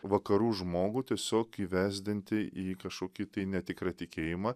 vakarų žmogų tiesiog įvesdinti į kažkokį tai netikrą tikėjimą